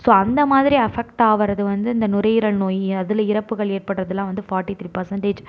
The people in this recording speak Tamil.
ஸோ அந்த மாதிரி அஃபெக்ட் ஆகிறது வந்து இந்த நுரையீரல் நோய் அதில் இறப்புகள் ஏற்படுவதுலாம் வந்து ஃபாட்டி த்ரீ பர்சென்டேஜ்